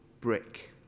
brick